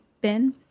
bin